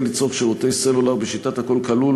לצרוך שירותי סלולר בשיטת "הכול כלול",